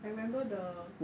I remember the